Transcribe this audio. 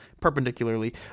perpendicularly